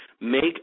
make